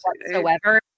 whatsoever